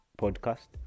podcast